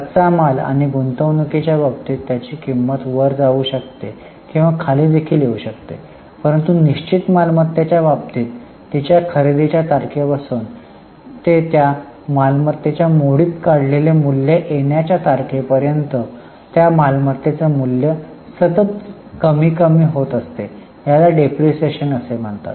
कच्चा माल आणि गुंतवणुकीच्या बाबतीत त्यांची किंमत वर जाऊ शकते किंवा खाली देखील येऊ शकते परंतु निश्चित मालमत्तेच्या बाबतीत तिच्या खरेदीच्या तारखेपासून ते त्या मालमत्तेचे मोडीत काढलेले मूल्य येण्याच्या तारखेपर्यंत त्या मालमत्तेचे मूल्य सतत कमी कमी होत असते त्याला डिप्रीशीएशन असे म्हणतात